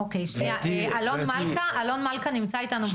אוקי, שנייה, אלון מלכה נמצא איתנו בזום.